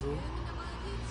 אמא שלי בכתה 'ראיתי,